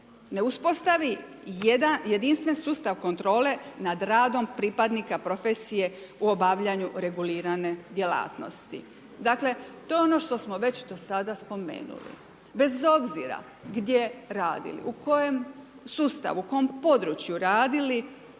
ne uspostavi jedan jedinstven sustav kontrole nad radom pripadnika profesije u obavljanju regulirane djelatnosti. Dakle, to je ono što smo već do sada spomenuli bez obzira gdje radili, u kojem sustavu, u kom području radili